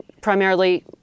Primarily